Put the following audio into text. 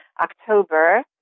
October